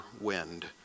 wind